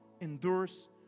endures